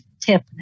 tip